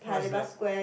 what's that